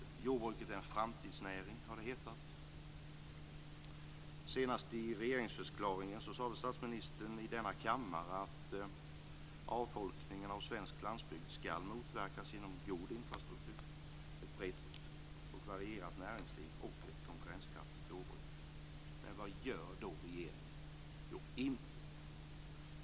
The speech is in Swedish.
Jordbruket är en framtidsnäring har det hetat. Senast i regeringsförklaringen sade statsministern här i kammaren att avfolkningen av svensk landsbygd skall motverkas genom god infrastruktur, ett brett och varierat näringsliv och ett konkurrenskraftigt jordbruk. Men vad gör då regeringen? Jo, intet.